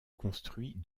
construits